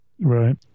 Right